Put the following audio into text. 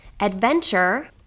Adventure